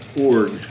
org